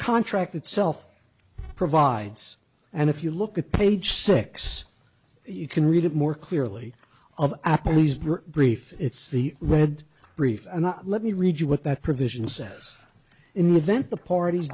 contract itself provides and if you look at page six you can read it more clearly of apple leesburg brief it's the read brief and let me read you what that provision says in the event the parties